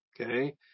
Okay